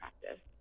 practice